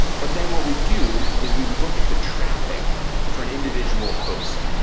but then what we do is we look at the traffic for an individual host,